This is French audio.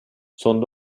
sont